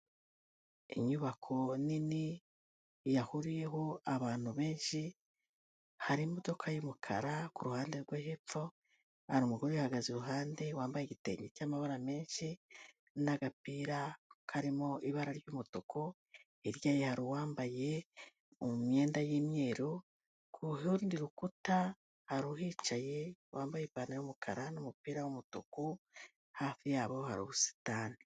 Inyubako nini yahuriyeho abantu benshi, hari imodoka y'umukara ku ruhande rwo hepfo hari umugore uyihagaze iruhande wambaye igitenge cy'amabara menshi n'agapira karimo ibara ry'umutuku, hirya ye hari uwambaye imyenda y'imyeru, ku rundi rukuta hari uhicaye wambaye ipantaro y'umukara n'umupira w'umutuku, hafi yabo hari ubusitani.